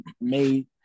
made